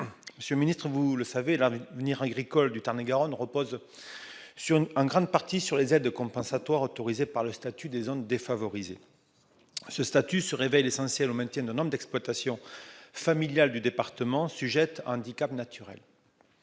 Monsieur le ministre, vous le savez, l'avenir agricole du Tarn-et-Garonne repose en grande partie sur les aides compensatoires autorisées par le statut des zones défavorisées. Ce statut se révèle essentiel au maintien de nombre d'exploitations familiales du département, qui sont sujettes à des handicaps naturels.